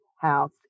house